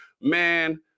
Man